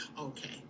Okay